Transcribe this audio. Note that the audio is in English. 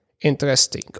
interesting